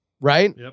right